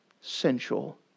sensual